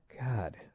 God